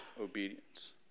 obedience